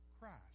Christ